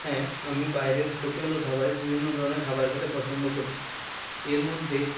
হ্যাঁ আমি বাইরের হোটেল ও ধাবায় বিভিন্ন ধরনের খাবার খেতে পছন্দ করি এর মধ্যে